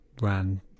ran